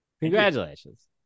Congratulations